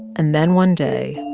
and then one day,